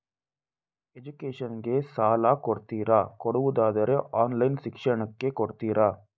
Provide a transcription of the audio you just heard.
Education ಗೆ ಸಾಲ ಕೊಡ್ತೀರಾ, ಕೊಡುವುದಾದರೆ ಆನ್ಲೈನ್ ಶಿಕ್ಷಣಕ್ಕೆ ಕೊಡ್ತೀರಾ?